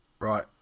Right